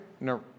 no